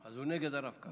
אז הוא נגד הרב-קו?